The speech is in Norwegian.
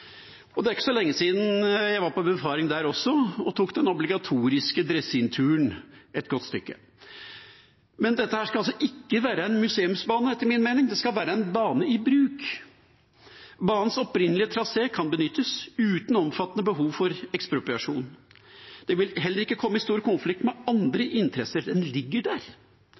Det er ikke så lenge siden jeg var på befaring der også og tok den obligatoriske dresinturen et godt stykke. Men dette skal altså ikke være en museumsbane, etter min mening. Det skal være en bane i bruk. Banens opprinnelige trasé kan benyttes uten omfattende behov for ekspropriasjon. Den vil heller ikke komme i stor konflikt med andre interesser. Den ligger der.